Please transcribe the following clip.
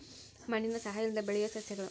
ಮಣ್ಣಿನ ಸಹಾಯಾ ಇಲ್ಲದ ಬೆಳಿಯು ಸಸ್ಯಗಳು